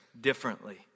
differently